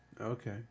Okay